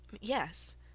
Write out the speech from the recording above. Yes